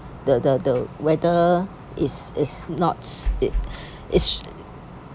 the the the weather it's not it's